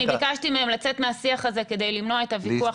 אני ביקשתי מהם לצאת מהשיח הזה כדי למנוע את הוויכוח,